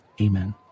Amen